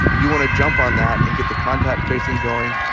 you want to jump on that and get the contact tracing going.